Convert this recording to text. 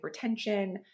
hypertension